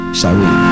Sorry